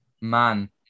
Man